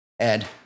Ed